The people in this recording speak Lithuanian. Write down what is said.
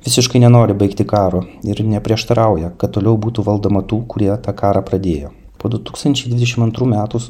visiškai nenori baigti karo ir neprieštarauja kad toliau būtų valdoma tų kurie tą karą pradėjo po du tūkstančiai dvidešim antrų metų